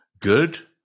good